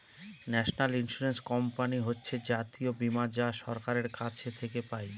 national insurance company হচ্ছে জাতীয় বীমা যা সরকারের কাছ থেকে পাই